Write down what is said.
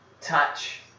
touch